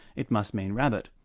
it must mean rabbit.